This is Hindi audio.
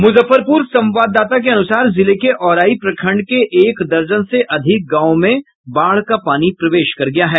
मूजफ्फरपूर संवाददाता के अन्सार जिले के औराई प्रखण्ड के एक दर्जन से अधिक गाँव मे बाढ़ का पानी प्रवेश कर गया है